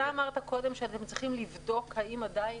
אתה אמרת קודם שאתם צריכים לבדוק האם עדיין